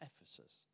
Ephesus